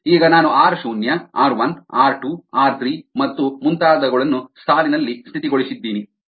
ಈಗ ನಾನು ಆರ್ ಶೂನ್ಯ ಆರ್ 1 ಆರ್ 2 ಆರ್ 3 ಮತ್ತು ಮುಂತಾದವುಗಳನ್ನು ಸಾಲಿನಲ್ಲಿ ಸ್ಥಿತಿಗೊಳಿಸಿದ್ದೀನಿ